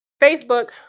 Facebook